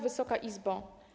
Wysoka Izbo!